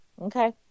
Okay